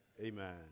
Amen